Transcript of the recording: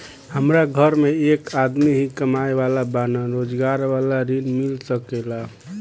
हमरा घर में एक आदमी ही कमाए वाला बाड़न रोजगार वाला ऋण मिल सके ला?